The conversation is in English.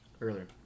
Earlier